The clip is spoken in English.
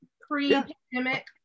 Pre-pandemic